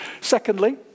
Secondly